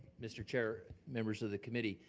mr. chair, members of the committee.